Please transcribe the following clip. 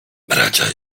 bracia